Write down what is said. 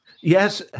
Yes